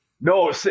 No